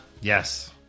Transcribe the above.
Yes